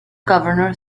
governor